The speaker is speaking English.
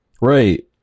right